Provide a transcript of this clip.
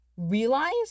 Realize